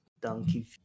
Donkey